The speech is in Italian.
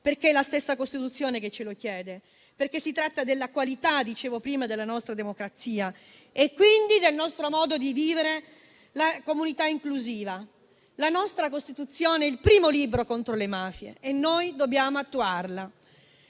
perché è la stessa Costituzione che ce lo chiede: si tratta della qualità - come dicevo prima - della nostra democrazia e quindi del nostro modo di vivere la comunità inclusiva. La nostra Costituzione è il primo libro contro le mafie e noi dobbiamo attuarla.